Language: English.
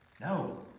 No